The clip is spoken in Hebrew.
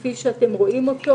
כפי שאתם רואים,